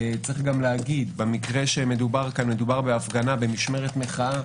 במקרה שמדובר על הפגנה ומשמרת מחאה